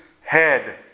head